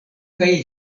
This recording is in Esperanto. kaj